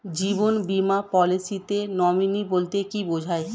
জীবন বীমা পলিসিতে নমিনি বলতে কি বুঝায়?